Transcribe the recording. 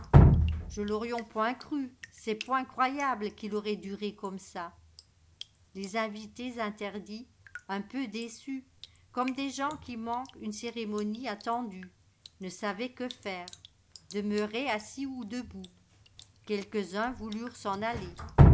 je l'aurions point cru c'est point croyable qu'il aurait dure comme ça les invités interdits un peu déçus comme des gens qui manquent une cérémonie attendue ne savaient que faire demeuraient assis ou debout quelques-uns voulurent s'en aller